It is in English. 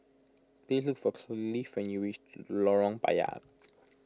please look for Clive when you reach Lorong Payah